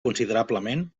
considerablement